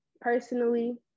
personally